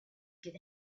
get